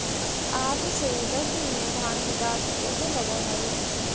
आठ से दस दिन में भाँग के गाछ उगे लगऽ हइ